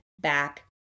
back